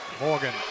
Morgan